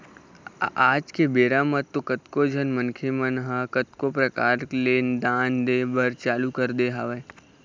आज के बेरा म तो कतको झन मनखे मन ह कतको परकार ले दान दे बर चालू कर दे हवय